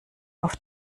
auf